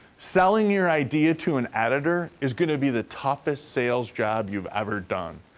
selling your idea to an editor is gonna be the toughest sales job you've ever done.